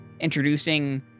introducing